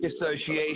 Association